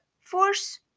force